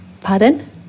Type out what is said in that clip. Pardon